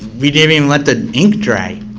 we didn't even let the ink dry.